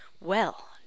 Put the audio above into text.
Well